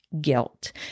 guilt